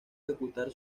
ejecutar